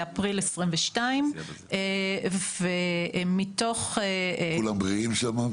באפריל 2022. כולם בריאים שם?